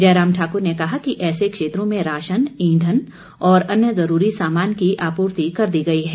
जयराम ठाकुर ने कहा कि ऐसे क्षेत्रों में राशन ईंधन और अन्य ज़रूरी सामान की आपूर्ति कर दी गई है